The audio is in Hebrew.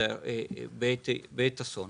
בעת אסון.